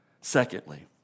Secondly